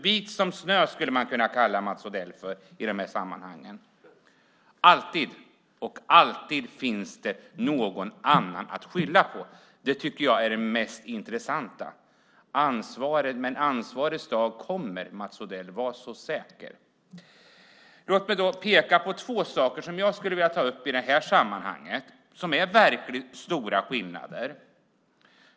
Vit som snö, skulle man kunna säga att Mats Odell är i de här sammanhangen. Alltid finns det någon annan att skylla på. Det tycker jag är det mest intressanta. Men ansvarets dag kommer, Mats Odell, var så säker! Låt mig peka på två saker som jag vill ta upp i det här sammanhanget och som är verkligt stora skillnader.